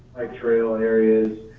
like trail areas,